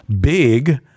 big